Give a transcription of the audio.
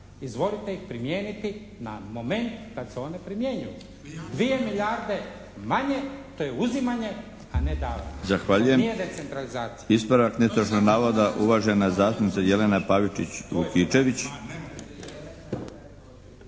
Izvolite ih primijeniti na moment kad se one primjenjuju. 2 milijarde manje to je uzimanje, a ne davanje, a nije decentralizacija.